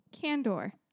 Candor